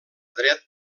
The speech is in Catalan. dret